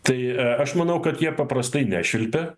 tai aš manau kad jie paprastai nešvilpia